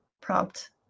prompt